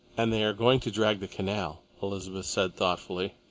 and they are going to drag the canal, elizabeth said thoughtfully.